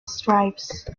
stripes